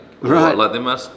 Right